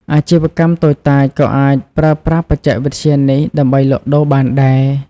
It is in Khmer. អាជីវកម្មតូចតាចក៏អាចប្រើប្រាស់បច្ចេកវិទ្យានេះដើម្បីលក់ដូរបានដែរ។